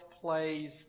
plays